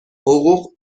حقوق